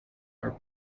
are